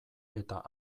eta